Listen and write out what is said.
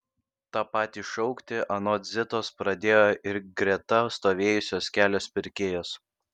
tą patį šaukti anot zitos pradėjo ir greta stovėjusios kelios pirkėjos